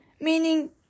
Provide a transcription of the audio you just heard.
meaning